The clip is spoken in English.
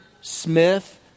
Smith